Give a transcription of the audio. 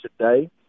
today